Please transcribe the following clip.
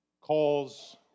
calls